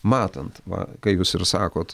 matant va ką jūs ir sakot